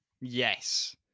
Yes